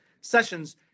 sessions